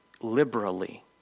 liberally